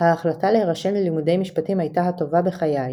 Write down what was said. "ההחלטה להירשם ללימודי משפטים הייתה הטובה בחיי",